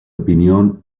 opinión